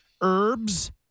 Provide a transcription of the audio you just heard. herbs